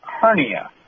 hernia